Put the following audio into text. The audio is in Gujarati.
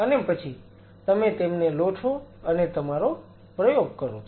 અને પછી તમે તેમને લો છો અને તમારો પ્રયોગ કરો છો